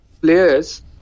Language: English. players